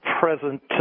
present